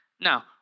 Now